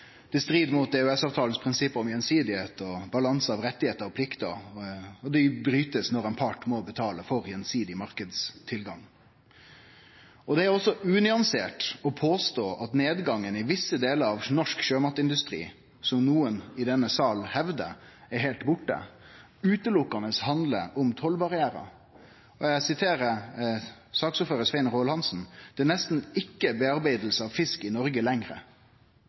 Det strid mot EØS-avtalens prinsipp om gjensidig påverknad, balanse mellom rettar og plikter, og dei blir brotne når ein part må betale for gjensidig marknadstilgang. Det er òg unyansert å påstå at nedgangen i visse delar av norsk sjømatindustri – som nokon i denne salen hevdar er heilt borte – berre handlar om tollbarrierar. Eg siterer saksordføraren, Svein Roald Hansen: «Det er nesten ikke bearbeidelse av fisk i